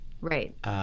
Right